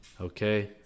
okay